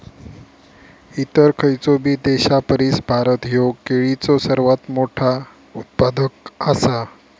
इतर खयचोबी देशापरिस भारत ह्यो केळीचो सर्वात मोठा उत्पादक आसा